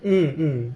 mm mm